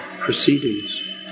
proceedings